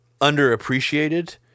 underappreciated